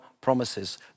promises